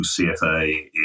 CFA